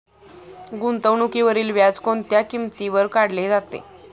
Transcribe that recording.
गुंतवणुकीवरील व्याज कोणत्या किमतीवर काढले जाते?